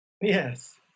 yes